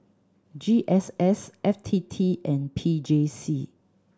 G S S F T T and P J C